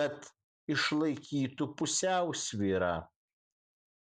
kad išlaikytų pusiausvyrą